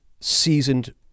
seasoned